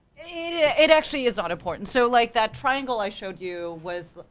it ah it actually is not important, so like that triangle i showed you was the,